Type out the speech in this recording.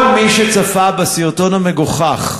כל מי שצפה בסרטון המגוחך,